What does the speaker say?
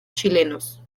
chilenos